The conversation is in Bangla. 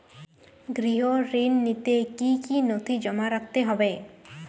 গৃহ ঋণ নিতে কি কি নথি জমা রাখতে হবে?